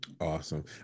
Awesome